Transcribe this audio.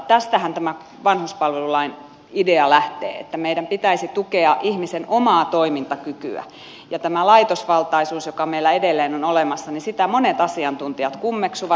tästähän tämä vanhuspalvelulain idea lähtee että meidän pitäisi tukea ihmisen omaa toimintakykyä ja tätä laitosvaltaisuutta joka meillä edelleen on olemassa monet asiantuntijat kummeksuvat